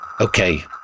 Okay